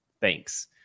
Thanks